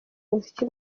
umuziki